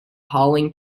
hauling